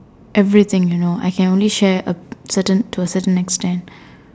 everything you know I can only share a certain to a certain extent